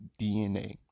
DNA